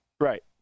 Right